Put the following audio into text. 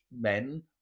men